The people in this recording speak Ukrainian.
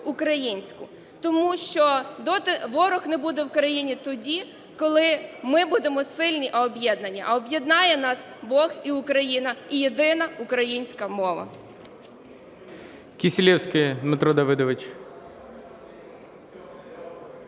Тому що ворог не буде в країні тоді, коли ми будемо сильні і об'єднані, а об'єднає нас Бог і Україна, і єдина українська мова.